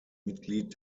mitglied